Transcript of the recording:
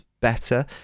better